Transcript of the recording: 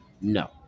no